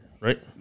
right